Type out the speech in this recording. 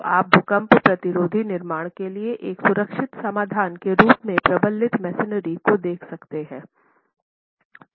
तो आप भूकंप प्रतिरोधी निर्माण के लिए एक सुरक्षित समाधान के रूप में प्रबलित मैसनरी को देख सकते हैं